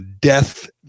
death